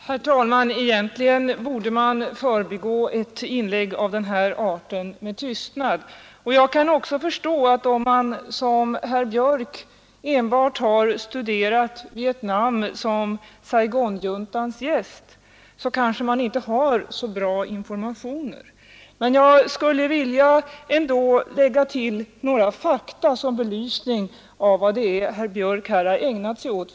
Herr talman! Egentligen borde man förbigå ett inlägg av denna art med tystnad. Jag kan också förstå att om man som herr Björck enbart studerat Vietnam som Saigonjuntans gäst, kanske man inte har så bra informationer. Men jag skulle ändå vilja lägga till några fakta som belysning av vad det är för propaganda som herr Björck har ägnat sig åt.